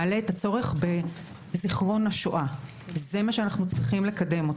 מעלה את הצורך בזיכרון השואה ואת זה אנחנו צריכים לקדם.